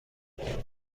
اقل